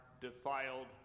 defiled